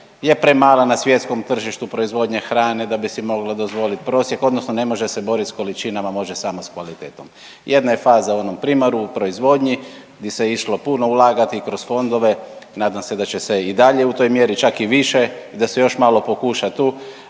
je premala na svjetskom tržištu proizvodnje hrane da bi si mogla dozvoliti prosjek odnosno ne može se boriti s količinama, može samo s kvalitetom. Jedna je faza u onom primaru, u proizvodnji di se išlo puno ulagati kroz fondove, nadam se da će se i dalje u toj mjeri, čak i više i da se još malo pokuša tu